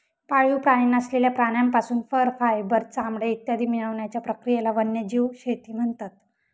पाळीव प्राणी नसलेल्या प्राण्यांपासून फर, फायबर, चामडे इत्यादी मिळवण्याच्या प्रक्रियेला वन्यजीव शेती म्हणतात